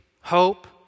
hope